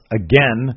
again